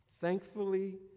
Thankfully